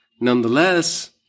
Nonetheless